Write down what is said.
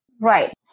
Right